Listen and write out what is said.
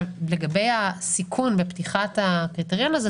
לגבי הסיכון בפתיחת הקריטריון הזה,